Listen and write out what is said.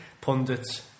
pundits